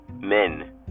men